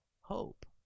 hope